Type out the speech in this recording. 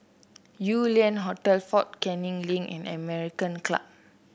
Yew Lian Hotel Fort Canning Link and American Club